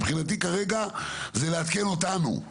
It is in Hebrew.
מבחינתי כרגע זה לעדכן אותנו.